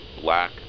black